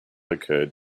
occurred